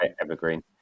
Evergreen